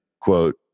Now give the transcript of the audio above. quote